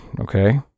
okay